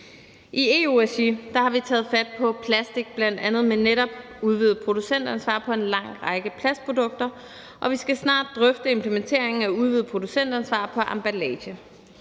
I EU-regi har vi taget fat på plastik, bl.a. med netop udvidet producentansvar på en lang række plastprodukter, og vi skal snart drøfte implementeringen af udvidet producentansvar på emballage.